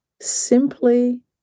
simply